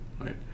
right